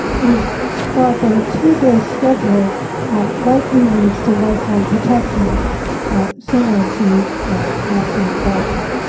it is thought that a two-dose schedule likely leads to lifelong protection similar to natural infection.